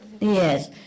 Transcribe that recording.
yes